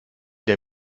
der